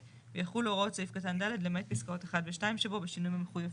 ויחולו הוראות סעיף קטן (ד) למעט פסקאות 1 ו-2 בו בשינויים המחויבים.